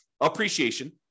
Appreciation